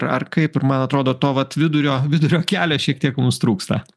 ar kaip ir man atrodo to vat vidurio vidurio kelio šiek tiek mums trūksta